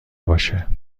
باشه